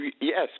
Yes